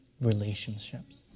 relationships